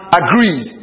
agrees